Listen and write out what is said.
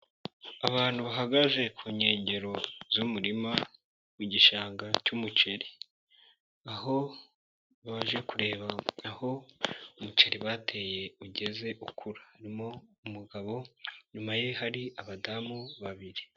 Abantu bahagaze ku nkengero z'umurima w'igishanga cy'umuceri aho baje kureba aho umuceri bateye ugeze ukura, harimo umugabo, inyuma ye hari abadamu babiri.